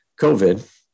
COVID